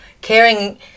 Caring